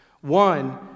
One